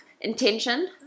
Intention